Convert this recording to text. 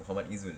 mohammad izul